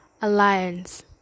Alliance